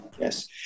Yes